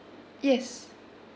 yes